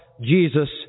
Jesus